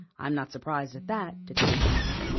i'm not surprised at that, declared another.